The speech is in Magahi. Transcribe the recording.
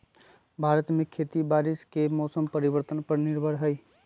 भारत में खेती बारिश और मौसम परिवर्तन पर निर्भर हई